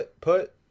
put